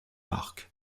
marc